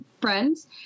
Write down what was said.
friends